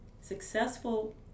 Successful